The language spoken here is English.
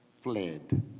fled